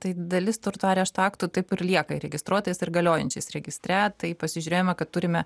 tai dalis turto arešto aktų taip ir lieka įregistruotais ir galiojančiais registre tai pasižiūrėjome kad turime